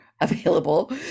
available